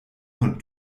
von